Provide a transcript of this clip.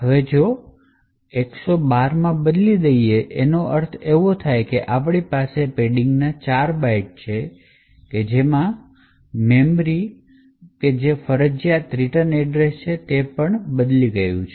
હવે જો બીજી બાજુ આપણે પેડિંગને 108 થી 112 માં બદલીએ છીએ જેનો અર્થ એ છે કે અમારી પાસે પેડિંગ ના ચાર વધારાના બાઇટ્સ છે આપણે જેની અપેક્ષા રાખી શકીએ છીએ તે ફક્ત ફ્રેમ પોઇન્ટર નથી મેનીપ્યુલેટેડ થી ફેલાય છે એડ્જેસેંટ મેમરી જે ફરજિયાત રિટર્ન એડ્રેસ છે તે પણ સંશોધિત થઈ શકશે